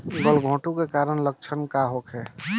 गलघोंटु के कारण लक्षण का होखे?